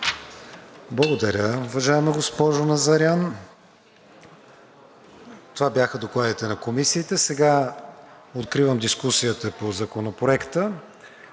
Благодаря, уважаема госпожо Назарян. Това бяха докладите на комисиите. Откривам дискусията по Законопроекта.